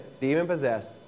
demon-possessed